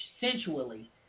sensually